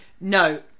No